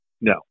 No